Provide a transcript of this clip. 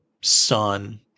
son